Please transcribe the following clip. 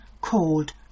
called